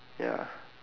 ya